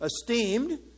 esteemed